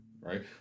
right